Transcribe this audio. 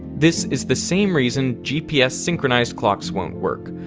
this is the same reason gps synchronized clocks won't work.